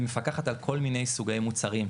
והיא מפקחת על כל מיני סוגי מוצרים,